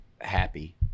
happy